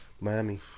Miami